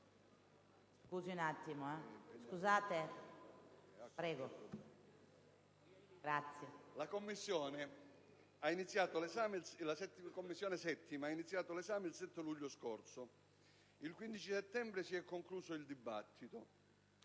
7a Commissione ha iniziato l'esame il 7 luglio scorso. Il 15 settembre si è concluso il dibattito.